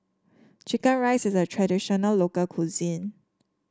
chicken rice is a traditional local cuisine